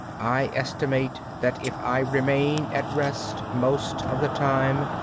i estimate that if i remain at rest most of the time,